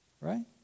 Right